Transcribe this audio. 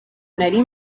nari